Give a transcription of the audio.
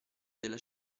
della